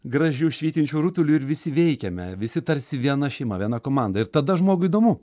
gražiu švytinčiu rutuliu ir visi veikiame visi tarsi viena šeima viena komanda ir tada žmogui įdomu